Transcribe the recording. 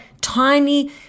tiny